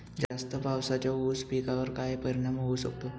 जास्त पावसाचा ऊस पिकावर काय परिणाम होऊ शकतो?